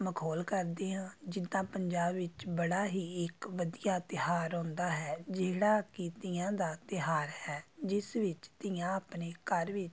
ਮਖੌਲ ਕਰਦੇ ਹਾਂ ਜਿੱਦਾਂ ਪੰਜਾਬ ਵਿੱਚ ਬੜਾ ਹੀ ਇੱਕ ਵਧੀਆ ਤਿਉਹਾਰ ਆਉਂਦਾ ਹੈ ਜਿਹੜਾ ਕਿ ਤੀਆਂ ਦਾ ਤਿਉਹਾਰ ਹੈ ਜਿਸ ਵਿੱਚ ਧੀਆਂ ਆਪਣੇ ਘਰ ਵਿੱਚ